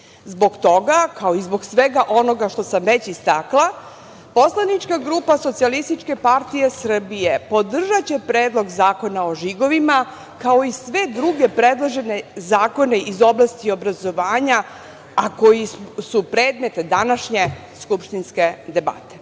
Zbog toga, kao i zbog svega onoga što sam već istakla, poslanička grupa Socijalističke partije Srbije podržaće Predlog Zakona o žigovima, kao i sve druge predložene zakone iz oblasti obrazovanja, a koji su predmet današnje skupštinske debate.